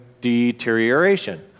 deterioration